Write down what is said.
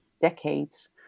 decades